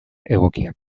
egokiak